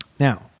Now